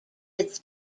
its